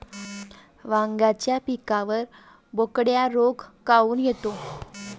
वांग्याच्या पिकावर बोकड्या रोग काऊन येतो?